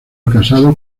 casado